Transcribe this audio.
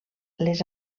les